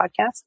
podcast